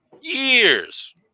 Years